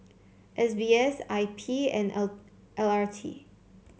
S B S I P and L R T